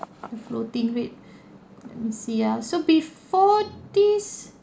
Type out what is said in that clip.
floating rate let me see ah so before this